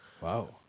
Wow